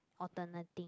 alternating